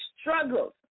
struggles